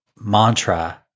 mantra